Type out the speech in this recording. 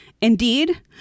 Indeed